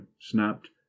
snapped